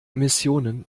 emissionen